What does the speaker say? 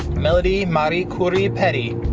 melody marie curie petty.